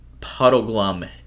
Puddleglum